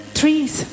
trees